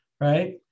Right